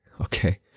Okay